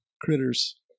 critters